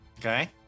Okay